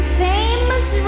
famous